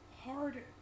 hard